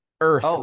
earth